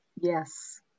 Yes